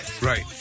Right